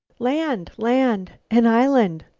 land! land! an island!